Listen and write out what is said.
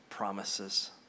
promises